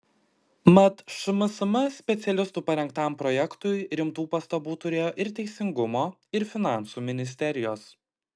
mat šmsm specialistų parengtam projektui rimtų pastabų turėjo ir teisingumo ir finansų ministerijos